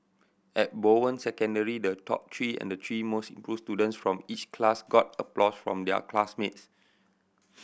at Bowen Secondary the top three and the three most improved students from each class got applause from their classmates